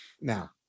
Now